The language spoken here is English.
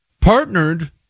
partnered